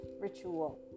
ritual